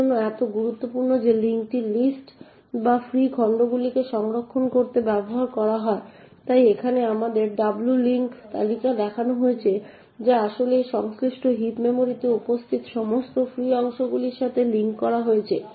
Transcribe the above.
আমাদের জন্য এত গুরুত্বপূর্ণ যে লিংক লিস্ট যা ফ্রি খন্ডগুলিকে সংরক্ষণ করতে ব্যবহার করা হয় তাই এখানে আমাদের w লিঙ্ক তালিকা দেখানো হয়েছে যা আসলে এই সংশ্লিষ্ট হিপ মেমরিতে উপস্থিত সমস্ত ফ্রি অংশগুলির সাথে লিঙ্ক করা হয়েছে